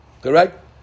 correct